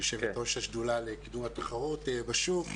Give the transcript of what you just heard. יושבת-ראש השדולה לקידום התחרות בשוק,